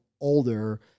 older